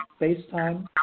FaceTime